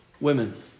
women